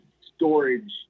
storage